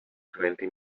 twenty